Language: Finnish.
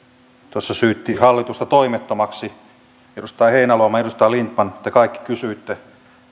tuossa syytti hallitusta toimettomaksi edustaja heinäluoma edustaja lindtman te kaikki kysyitte